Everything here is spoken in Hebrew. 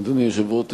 אדוני היושב-ראש,